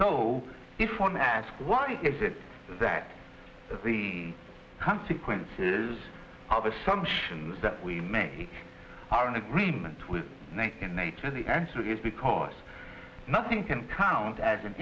so if one asks why is it that the consequences of assumptions that we make are in agreement with one in nature the answer is because nothing can count as an